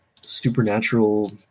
supernatural